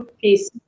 peace